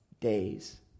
days